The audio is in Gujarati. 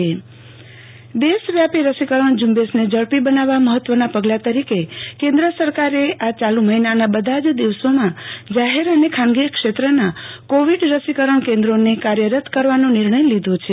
આરતી ભટ રસીકરણ ઝુંબેશ દશવ્યાપી રસોકરણ ઝબેશને ઝડપી બનાવવા મહત્વના પગલાં તરીકે કેન્દ્ર સરકારે આ ચાલુ મહિનાના બધા જ દિવસોમાં જાહેર અને ખાનગી ક્ષેત્રના કોવિડ રસીકરણ કેન્દોને કાર્યરત કરવાનો નિર્ણય લીધો છે